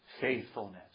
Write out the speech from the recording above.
faithfulness